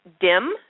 DIM